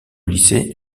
lycée